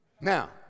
Now